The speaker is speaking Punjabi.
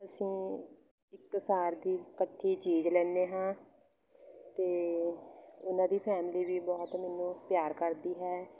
ਅਸੀਂ ਇੱਕ ਸਾਰ ਦੀ ਇਕੱਠੀ ਚੀਜ਼ ਲੈਂਦੇ ਹਾਂ ਅਤੇ ਉਹਨਾਂ ਦੀ ਫੈਮਲੀ ਵੀ ਬਹੁਤ ਮੈਨੂੰ ਪਿਆਰ ਕਰਦੀ ਹੈ